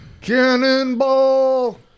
Cannonball